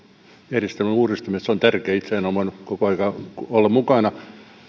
järjestelmän uudistamisesta se on tärkeää itse en ole voinut koko aika olla mukana